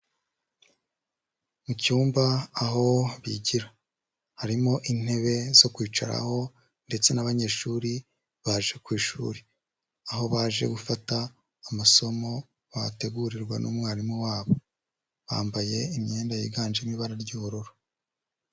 Mu cyumba aho bigira harimo intebe zo kwicaraho ndetse n'abanyeshuri baje ku ishuri, aho baje gufata amasomo bategurirwa n'umwarimu wabo. Bambaye imyenda yiganjemo ibara ry'ubururu.